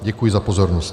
Děkuji za pozornost.